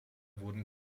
wurden